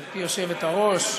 גברתי היושבת-ראש,